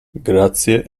grazie